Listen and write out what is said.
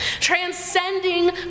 transcending